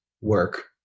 work